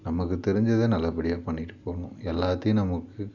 நமக்கு தெரிஞ்சத நல்லபடியாக பண்ணிக்கிட்டு போகணும் எல்லாத்தையும் நமக்கு